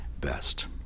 best